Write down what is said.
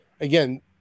again